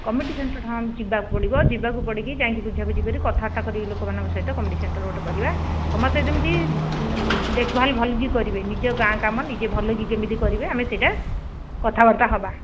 committee ସେଣ୍ଟର୍ଟା ଯିବାକୁ ପଡ଼ିବ ଯିବାକୁ ପଡ଼ିକି ଯାଇଁକି ବୁଝାବୁଝି କରି କଥାବାର୍ତ୍ତା କରି ଲୋକମାନଙ୍କ ସହିତ କମିଟି ସେଣ୍ଟର୍ ଗୋଟିଏ କରିବା ସମସ୍ତେ ଯେମିତି ଦେଖ ଭାଲ ଭଲକି କରିବେ ନିଜ ଗାଁ କାମ ନିଜେ ଭଲକି କେମିତି କରିବେ ଆମେ ସେହିଟା କଥାବାର୍ତ୍ତା ହେବା